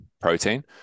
protein